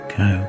go